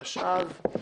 התשע"ז,